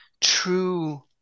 true